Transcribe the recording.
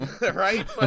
right